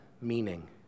meaning